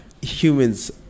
humans